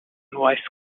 voice